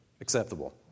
acceptable